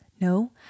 No